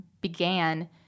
began